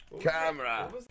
Camera